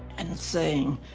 and saying,